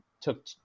took